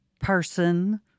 person